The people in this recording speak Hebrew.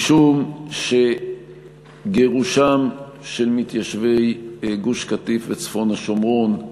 משום שגירושם של מתיישבי גוש-קטיף וצפון השומרון,